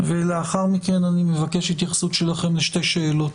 ולאחר מכן אני מבקש התייחסות שלכם לשתי שאלות: